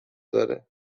داره